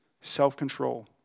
self-control